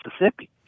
Mississippi